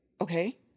okay